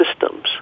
systems